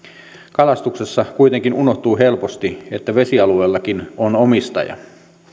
kalastuksessa kuitenkin unohtuu helposti että vesialueellakin on omistaja